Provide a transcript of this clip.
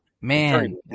man